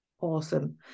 awesome